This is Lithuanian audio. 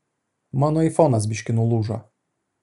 mano aifonas biškį nulūžo